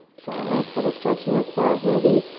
feel a nice little stretch in your quads maybe,